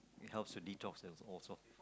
it helps to detox and all